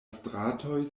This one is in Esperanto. stratoj